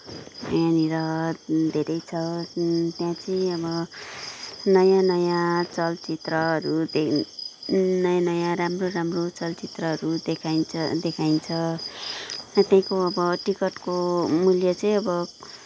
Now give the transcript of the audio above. यहाँनिर धेरै छ त्यहाँ चाहिँ अब नयाँ नयाँ चलचित्रहरूदेखि नयाँ नयाँ राम्रो राम्रो चलचित्रहरू देखाइन्छ देखाइन्छ यतैको अब टिकटको मूल्य चाहिँ अब